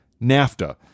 NAFTA